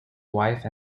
wife